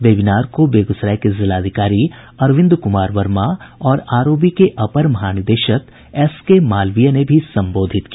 webinar को बेगूसराय के जिलाधिकारी अरविंद कुमार वर्मा और आर ओ बी के अपर महानिदेशक एस के मालवीय ने भी संबोधित किया